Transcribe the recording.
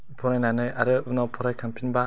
फरायनानै आरो उनाव फरायखांफिनब्ला